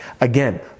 Again